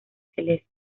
celeste